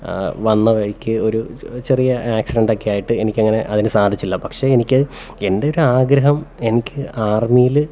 വന്നവഴിക്ക് ഒരു ചെറിയ ആക്സിഡൻറ്റൊക്കെ ആയിട്ട് എനിക്കങ്ങനെ അതിനു സാധിച്ചില്ല പക്ഷെ എനിക്ക് എൻ്റെ ഒരാഗ്രഹം എനിക്ക് ആർമ്മിയിൽ